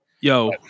yo